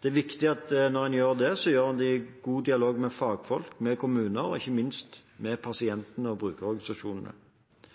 Det er viktig at når en gjør det, gjør en det i god dialog med fagfolk, med kommuner og ikke minst med pasient- og brukerorganisasjonene.